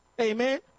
Amen